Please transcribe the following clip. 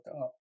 up